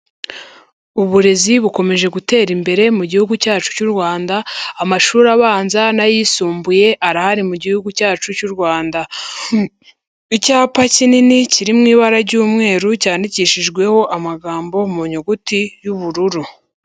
Uburezi bukomeje gutera imbere mu gihugu cyacu cy'u Rwanda, amashuri abanza n'ayisumbuye arahari mu gihugu cyacu cy'u Rwanda. Icyapa kinini kiri mu ibara ry'umweru cyandikishijweho amagambo mu nyuguti y'ubururu.